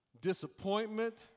disappointment